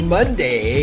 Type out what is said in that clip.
Monday